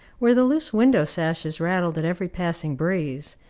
where the loose window-sashes rattled at every passing breeze,